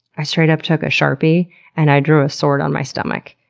i straight-up took a sharpie and i drew a sword on my stomach,